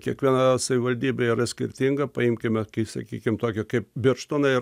kiekviena savivaldybė yra skirtinga paimkime kai sakykim tokį kaip birštoną ir